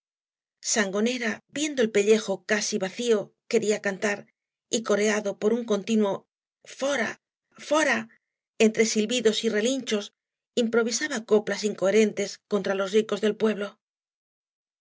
sangonera viendo el pellejo casi vacío quería cantar y coreado por un continuo fóra foral entre silbidos y relinchos improvisaba coplas incoherentes contra los ricos del pueblo